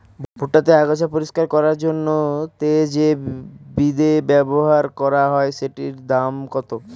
ভুট্টা তে আগাছা পরিষ্কার করার জন্য তে যে বিদে ব্যবহার করা হয় সেটির দাম কত?